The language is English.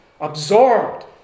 absorbed